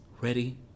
ready